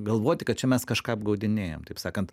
galvoti kad čia mes kažką apgaudinėjam taip sakant